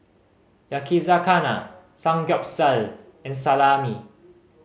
Yakizakana Samgyeopsal and Salami